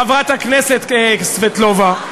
חברת הכנסת סבטלובה,